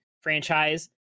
franchise